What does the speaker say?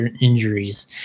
injuries